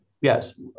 Yes